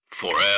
Forever